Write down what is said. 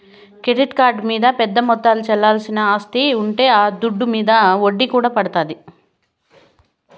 credit card మింద పెద్ద మొత్తంల చెల్లించాల్సిన స్తితే ఉంటే ఆ దుడ్డు మింద ఒడ్డీ కూడా పడతాది